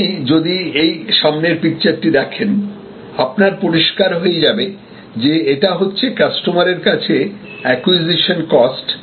আপনি যদি এই সামনের পিকচারটা দেখেন আপনার পরিষ্কার হয়ে যাবে যে এটা হচ্ছে কাস্টমারের কাছে অ্যাকুইজিশন কস্ট